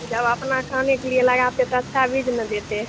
जब अपना खाने के लिए लगाते तो अच्छा बीज ना देते